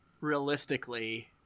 realistically